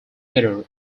leader